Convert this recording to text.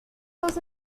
dos